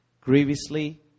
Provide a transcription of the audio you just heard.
Grievously